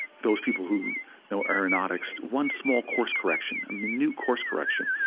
those people who know aeronautics, one small course correction, a minute course correction,